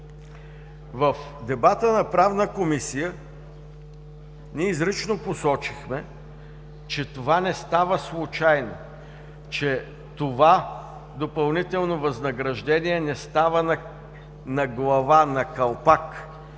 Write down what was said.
В дебата на Правна комисия ние изрично посочихме, че това не става случайно, че това допълнително възнаграждение не става на глава, на калпак,